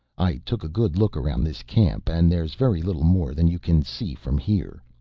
i took a good look around this camp, and there's very little more than you can see from here.